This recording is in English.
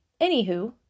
anywho